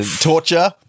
Torture